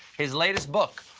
his latest book,